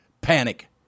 Panic